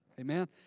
amen